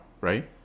right